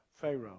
Pharaoh